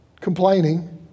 complaining